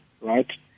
right